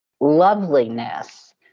loveliness